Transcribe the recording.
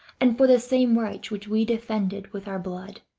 and for the same rights which we defended with our blood.